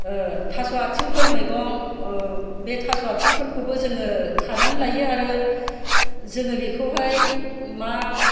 थास' आथिंफोर मैगं बे थास' आथिंफोरखौबो जोङो खानानै लायो आरो जोङो बेखौहाय मा